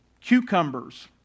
cucumbers